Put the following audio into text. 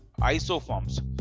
isoforms